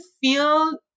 feel